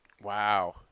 Wow